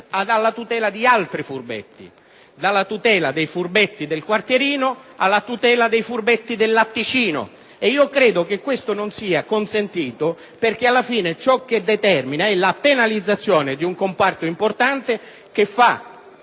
alla tutela di altri furbetti: dalla tutela dei furbetti del quartierino, alla tutela dei furbetti del latticino. Io credo che questo non sia consentito, perché alla fine ciò che si determina è la penalizzazione di un comparto importante, che